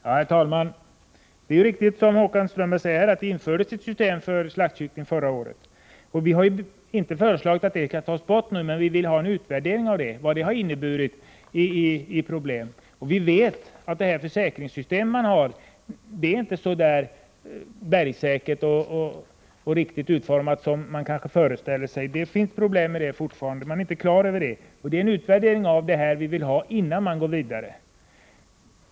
Herr talman! Det är riktigt som Håkan Strömberg säger, att det infördes ett system för slaktkyckling förra året. Vi har inte föreslagit att det skall tas bort nu, men vi vill ha en utvärdering av vad det har inneburit i fråga om problem. Vi vet att försäkringssystemet inte är så där bergsäkert och riktigt utformat som man kanske föreställer sig. Det finns problem med det fortfarande, och vi vill ha en utvärdering innan man går vidare.